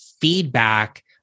feedback